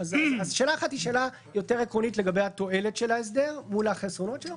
שאלה אחת היא שאלה יותר עקרונית לגבי התועלת של ההסדר מול החסרונות שלו,